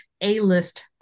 A-list